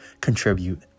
contribute